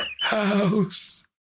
house